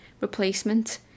replacement